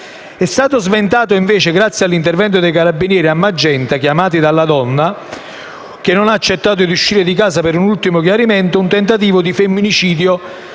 invece sventato a Magenta, grazie all'intervento dei carabinieri (chiamati dalla donna che non ha accettato di uscire di casa per un ultimo chiarimento), un tentativo di femminicidio